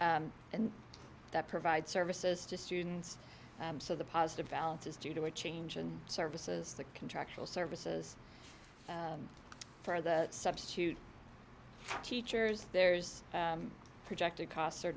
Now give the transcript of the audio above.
and that provide services to students so the positive balance is due to a change in services the contractual services for the substitute teachers there's projected costs are